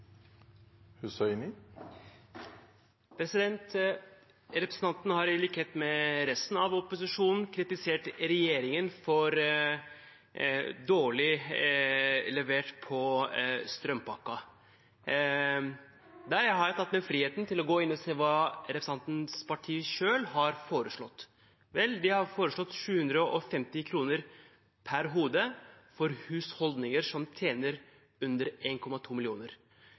Representanten har i likhet med resten av opposisjonen kritisert regjeringen for å ha levert dårlig på strømpakken. Da har jeg tatt meg den frihet å gå inn og se hva representantens parti selv har foreslått. Vel, de har foreslått 750 kr per hode for husholdninger som tjener under